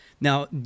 Now